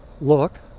look